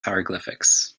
hieroglyphics